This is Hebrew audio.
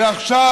מעולה.